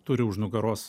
turi už nugaros